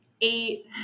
eight